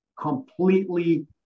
completely